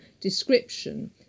description